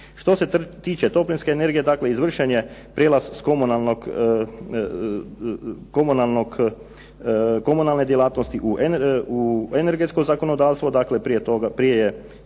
Što se tiče plinske energije izvršen je prijelaz s komunalne djelatnosti u energetsko zakonodavstvo, dakle prije je